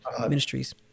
Ministries